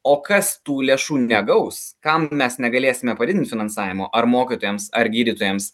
o kas tų lėšų negaus kam mes negalėsime padidint finansavimo ar mokytojams ar gydytojams